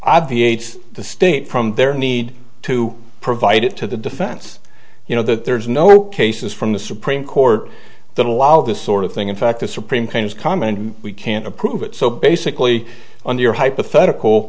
obviates the state from their need to provide it to the defense you know that there's no cases from the supreme court that allow this sort of thing in fact the supreme claims comment we can't approve it so basically on your hypothetical